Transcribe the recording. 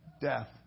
death